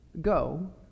Go